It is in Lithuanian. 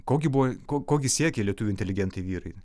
ko gi buvo ko ko gi siekė lietuvių inteligentai vyrai